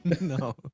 No